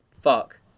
Fuck